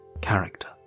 character